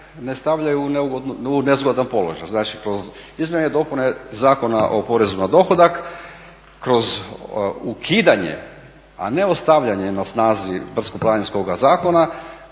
ne stavljaju u nezgodan položaj. Znači kroz Izmjene i dopune Zakona o porezu na dohodak, kroz ukidanje a ne ostavljanje na snazi brdsko-planinskoga zakona